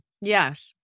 Yes